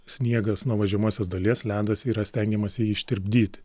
sniegas nuo važiuojamosios dalies ledas yra stengiamasi jį ištirpdyti